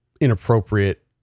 inappropriate